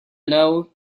know